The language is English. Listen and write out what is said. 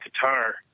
guitar